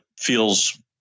feels